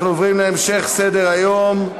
אנחנו עוברים להמשך סדר-היום: